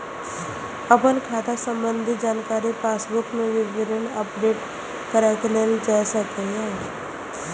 अपन खाता संबंधी जानकारी पासबुक मे विवरणी अपडेट कराके लेल जा सकैए